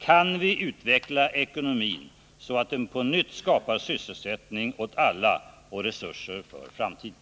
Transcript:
Kan vi utveckla ekonomin så att den på nytt skapar sysselsättning åt alla och resurser för framtiden?